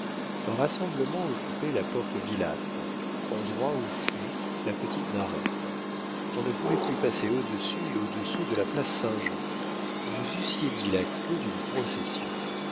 un rassemblement occupait la porte villate endroit où finit la petite narette on ne pouvait plus passer au-dessus et au-dessous de la place saint-jean vous eussiez dit la queue d'une procession